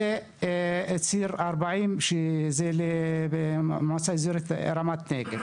וציר 40 שנמצא במועצה האזורית רמת נגב.